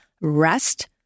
rest